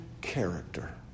character